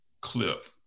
clip